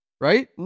right